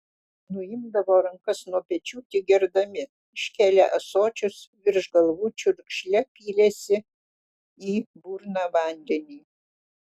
nuimdavo rankas nuo pečių tik gerdami iškėlę ąsočius virš galvų čiurkšle pylėsi į burną vandenį